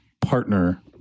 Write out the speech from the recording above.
partner